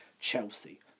Chelsea